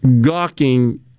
gawking